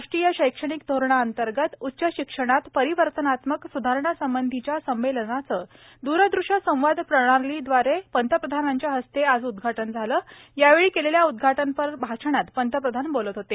राष्ट्रीय शैक्षणिक धोरणाअंतर्गत उच्च शिक्षणात परिवर्तनात्मक स्धारणांसंबंधीच्या संमेलनाचं दूरदृश्य संवाद प्रणालीद्वारे पंतप्रधानांच्या हस्ते आज उद्घाटन झालं यावेळी केलेल्या उद्घाटनपर भाषणात पंतप्रधान बोलत होते